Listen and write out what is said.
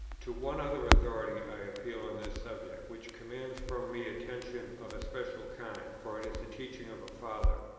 to one other authority i appeal on this subject, which commands from me attention of a special kind, for it is the teaching of a father.